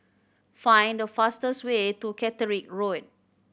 find the fastest way to Caterick Road